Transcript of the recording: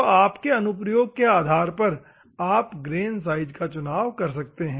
तो आपके अनुप्रयोग के आधार पर आप ग्रेन साइज का चुनाव कर सकते हैं